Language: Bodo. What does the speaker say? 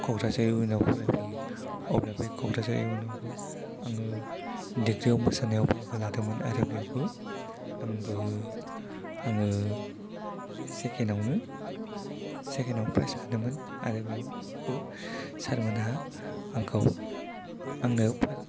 कक्राझार इउ एनयाव फरायफैयो अब्ला बे कक्राझार इउ एनयावबो आङो डिग्री याव मोसानायाव बाहागो लादोंमोन आरो बेयावबो आंबो आङो सेकेन आवनो सेकेनाव प्रायज मोनदोंमोन आरो बेयावबो सार मोनहा आंखौ आंनो